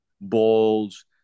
balls